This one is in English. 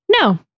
No